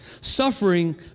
suffering